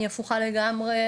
אני הפוכה לגמרי,